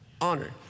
Honor